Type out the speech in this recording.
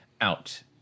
Out